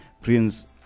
Prince